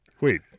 wait